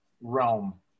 realm